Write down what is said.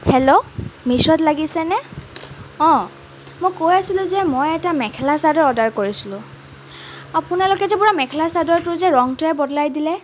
hello মিছ'ত লাগিছেনে অঁ মই কৈ আছিলোঁ যে মই এটা মেখেলা চাদৰ অৰ্ডাৰ কৰিছিলোঁ আপোনালোকে যে পূৰা মেখেলা চাদৰটোৰ যে ৰঙটোৱেই বদলাই দিলে